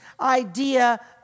idea